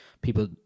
people